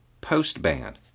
post-ban